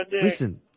Listen